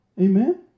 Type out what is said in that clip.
Amen